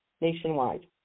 nationwide